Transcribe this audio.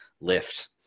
lift